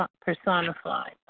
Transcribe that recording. personified